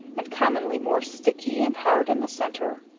and commonly more sticky and hard in the centre.